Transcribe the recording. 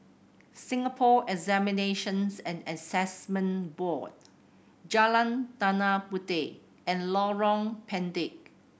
Singapore Examinations and Assessment Board Jalan Tanah Puteh and Lorong Pendek